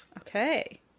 Okay